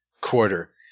quarter